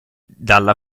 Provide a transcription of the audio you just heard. dalla